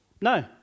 No